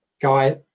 Guy